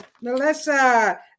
Melissa